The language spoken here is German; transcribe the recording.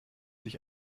sich